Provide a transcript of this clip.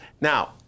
Now